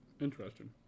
Interesting